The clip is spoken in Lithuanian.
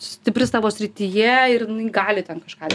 stipri savo srityje ir gali ten kažką